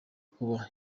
kuba